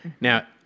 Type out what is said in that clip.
now